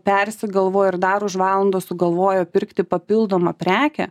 persigalvojo ir dar už valandos sugalvojo pirkti papildomą prekę